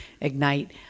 Ignite